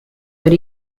per